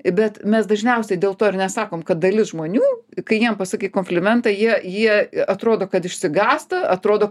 bet mes dažniausiai dėl to ir nesakom kad dalis žmonių kai jiem pasakai komplimentą jie jie atrodo kad išsigąsta atrodo